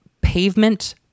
pavement